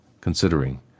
considering